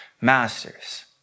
masters